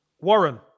Warren